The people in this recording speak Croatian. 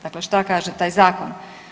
Dakle, šta kaže taj zakon?